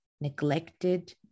neglected